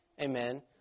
amen